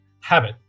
habit